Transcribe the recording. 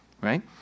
right